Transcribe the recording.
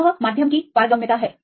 यह माध्यम की पारगम्यता है